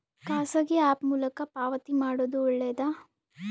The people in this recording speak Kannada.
ಖಾಸಗಿ ಆ್ಯಪ್ ಮೂಲಕ ಪಾವತಿ ಮಾಡೋದು ಒಳ್ಳೆದಾ?